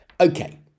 okay